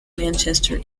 manchester